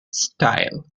style